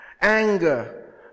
Anger